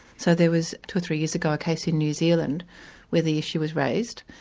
so there was two or three years ago a case new zealand where the issue was raised,